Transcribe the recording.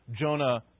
Jonah